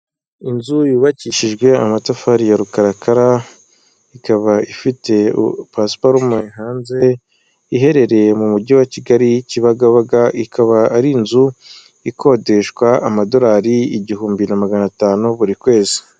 Inzu yubakishijwe amatafari ya rukarakara ikaba ifite pasiparume hanze, iherereye mu mujyi wa Kigali Kibagabaga, ikaba ari inzu ikodeshwa amadolari igihumbi na magana atanu buri kwezi.